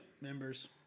Members